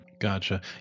Gotcha